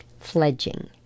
Fledging